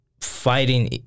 fighting